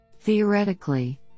Theoretically